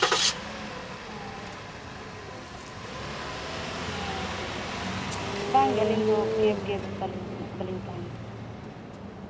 ᱚᱸᱻ ᱦᱮᱸ ᱵᱟᱝ ᱜᱮ ᱟᱹᱞᱤᱧᱫᱚ ᱠᱮᱵᱽ ᱜᱮ ᱵᱩᱠᱟ ᱞᱤᱧ ᱵᱮᱱ ᱵᱟᱹᱞᱤᱧ ᱛᱟᱦᱮᱱᱟ